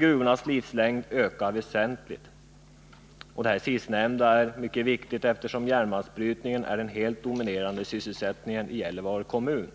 Gruvornas livslängd skulle därmed öka väsentligt, något som är mycket viktigt eftersom järnmalmsbrytningen är den helt dominerande sysselsättningen i Gällivare kommun